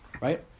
right